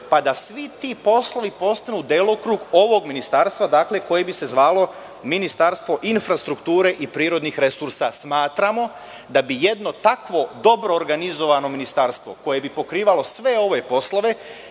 pa da svi ti poslovi postanu delokrug ovog Ministarstva, dakle, koje bi se zvalo Ministarstvo infrastrukture i prirodnih resursa. Smatramo da bi jedno takvo dobro organizovano Ministarstvo, koje bi pokrivalo sve ove poslove,